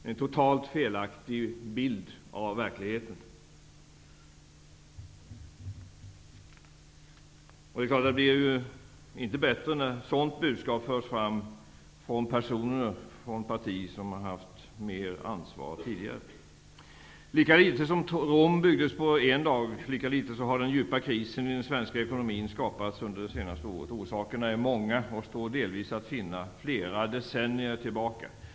Det är en helt felaktig bild av verkligheten. Det är inte bättre när ett sådant budskap förs fram av personer från det parti som har haft mer ansvar tidigare. Lika litet som Rom byggdes på en dag, lika litet har den djupa krisen i den svenska ekonomin skapats under det senaste året. Orsakerna är många och står delvis att finna flera decennier tillbaka.